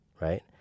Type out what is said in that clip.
right